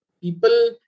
People